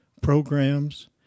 programs